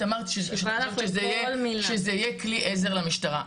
את אמרת שאת חושבת שזה יהיה כלי עזר למשטרה.